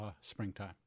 springtime